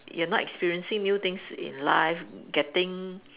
you are not experiencing new things in life getting